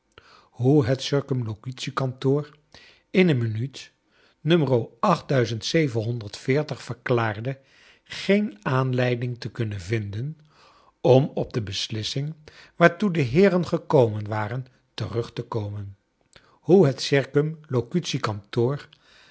hoe het c k in een minuut verklaarde geen aanleiding te kunnen vinden om op de beslissing waartoe de heeren gekomen waren terug te komen hoe het